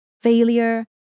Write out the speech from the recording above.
failure